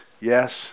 Yes